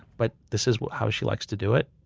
but this is how she likes to do it.